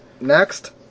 next